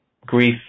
grief